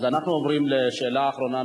אז אנחנו עוברים לשאלה האחרונה,